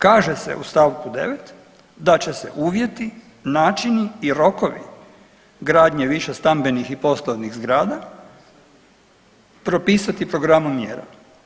Kaže se u st. 9. da će se uvjeti, načini i rokovi gradnje višestambenih i poslovnih zgrada propisati programom mjera.